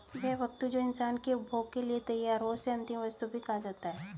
वह वस्तु जो इंसान के उपभोग के लिए तैयार हो उसे अंतिम वस्तु भी कहा जाता है